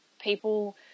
people